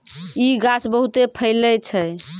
इ गाछ बहुते फैलै छै